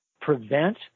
prevent